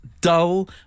dull